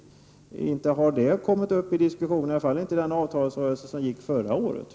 Detta har inte kommit upp till diskussion, i varje fall inte i förra årets avtalsrörelse.